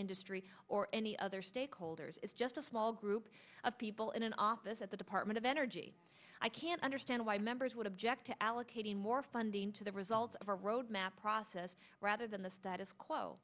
industry or any other stakeholders is just a small group of people in an office at the department of energy i can't understand why members would object to allocating more funding to the result of a road map process rather than the status quo